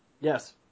Yes